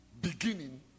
beginning